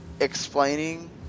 explaining